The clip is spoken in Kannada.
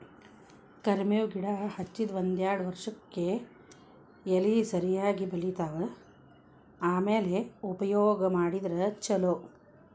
ಕರ್ಮೇವ್ ಗಿಡಾ ಹಚ್ಚದ ಒಂದ್ಯಾರ್ಡ್ ವರ್ಷಕ್ಕೆ ಎಲಿ ಸರಿಯಾಗಿ ಬಲಿತಾವ ಆಮ್ಯಾಲ ಉಪಯೋಗ ಮಾಡಿದ್ರ ಛಲೋ